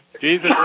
Jesus